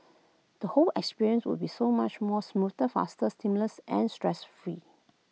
the whole experience would be so much more smoother faster seamless and stress free